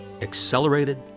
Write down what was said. accelerated